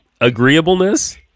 Agreeableness